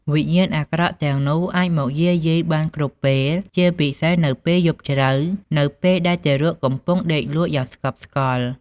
វិញ្ញាណអាក្រក់ទាំងនោះអាចមកយាយីបានគ្រប់ពេល ជាពិសេសនៅពេលយប់ជ្រៅនៅពេលដែលទារកកំពុងដេកលក់យ៉ាងស្កប់ស្កល់។